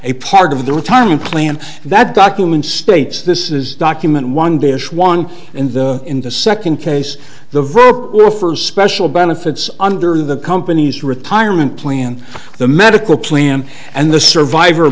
a part of the retirement plan that document states this is document one dish one and in the second case the verb are for special benefits under the company's retirement plan the medical plan and the survivor